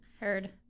Heard